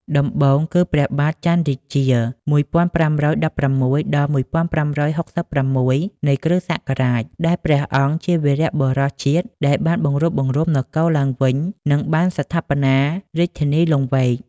ដំបូងគឺ ព្រះបាទចន្ទរាជា ១៥១៦-១៥៦៦ នៃគ្រិស្តសករាជ ដែលព្រះអង្គជាវីរបុរសជាតិដែលបានបង្រួបបង្រួមនគរឡើងវិញ និងបានស្ថាបនារាជធានីលង្វែក។